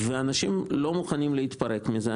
אנשים לא מוכנים להתפרק מזה,